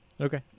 Okay